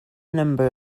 number